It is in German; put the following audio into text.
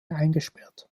eingesperrt